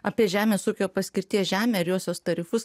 apie žemės ūkio paskirties žemę ir josios tarifus